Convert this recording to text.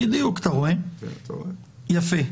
חברותיי,